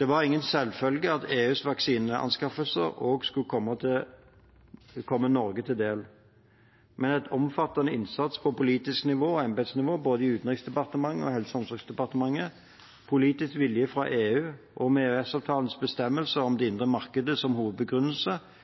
Det var ingen selvfølge at EUs vaksineanskaffelser også skulle komme Norge til del. Men etter omfattende innsats på politisk nivå og embetsnivå, både i Utenriksdepartementet og i Helse- og omsorgsdepartementet, politisk vilje fra EU og med EØS-avtalens bestemmelser om det indre markedet som hovedbegrunnelse,